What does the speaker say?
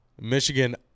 Michigan